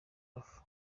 off